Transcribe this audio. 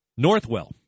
Northwell